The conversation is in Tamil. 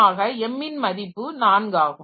ஆக m ன் மதிப்பு நான்காகும்